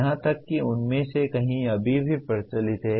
यहां तक कि उनमें से कई अभी भी प्रचलित हैं